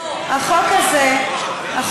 החוק הזה --- ממש לא, ממש לא.